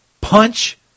punch